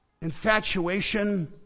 infatuation